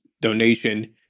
donation